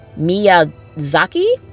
Miyazaki